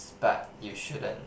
but you shouldn't